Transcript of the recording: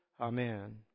Amen